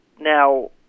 Now